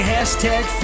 Hashtag